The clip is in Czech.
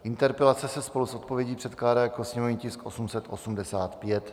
Interpelace se spolu s odpovědí předkládá jako sněmovní tisk 885.